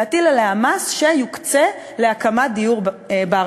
להטיל עליה מס שיוקצה להקמת דיור בר-השגה.